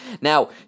Now